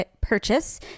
purchase